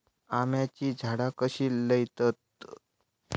आम्याची झाडा कशी लयतत?